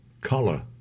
color